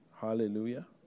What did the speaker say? Hallelujah